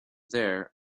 there